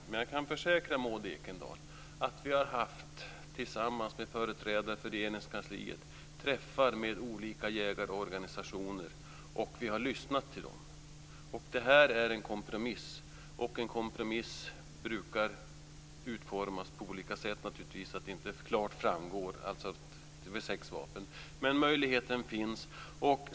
Men jag kan försäkra Maud Ekendahl att vi har haft, tillsammans med företrädare för Regeringskansliet, träffar med olika jägarorganisationer, och vi har lyssnat till dem. Det här är en kompromiss, och en kompromiss brukar naturligtvis utformas på olika sätt så att det här inte klart framgår att det blir sex vapen. Men möjligheten finns.